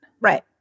Right